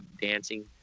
dancing